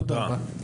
תודה.